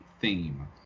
theme